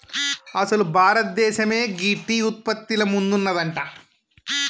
అసలు భారతదేసమే గీ టీ ఉత్పత్తిల ముందున్నదంట